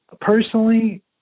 personally